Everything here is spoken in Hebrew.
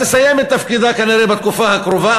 תסיים את תפקידה כנראה בתקופה הקרובה,